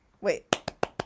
Wait